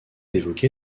évoqué